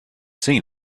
seen